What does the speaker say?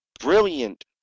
brilliant